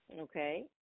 Okay